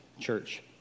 church